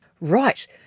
Right